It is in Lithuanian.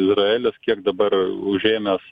izraelis kiek dabar užėmęs